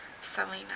Selena